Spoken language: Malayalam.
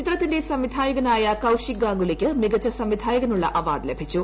ചിത്രത്തിന്റെ സംവിധായകനായ കൌശിക് ഗാംഗുലിക്ക് മികച്ച സംവിധായകനുള്ള അവാർഡ് ലഭിച്ചു